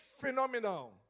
phenomenal